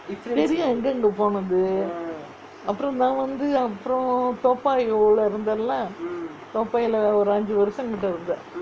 தெரியும் எங்கங்கே போனது அப்ரோ நா வந்து அப்ரோ:teriyum enganggae ponathu apro naa vanthu apro toa payoh leh இருந்தேன்:irunthen lah toa payoh lah ஒரு அஞ்சி வருஷம் கிட்டே இருந்தேன்:oru anji varusham kittae irunthaen